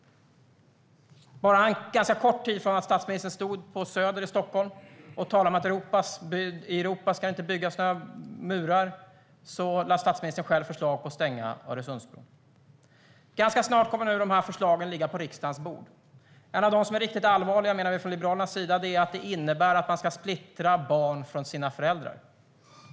Bara en kort tid efter att statsministern stod på Söder i Stockholm och talade om att det inte ska byggas murar i Europa lade han själv fram förslag om att stänga Öresundsbron. Ganska snart kommer nu dessa förslag att ligga på riksdagens bord. Något av det som vi liberaler tycker är allvarligast är att förslagen innebär att man ska splittra barn och föräldrar.